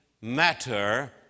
matter